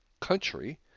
country